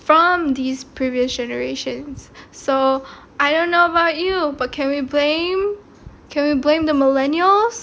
from these previous generations so I don't know about you but can we blame can we blame the millennials